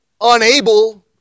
unable